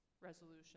resolution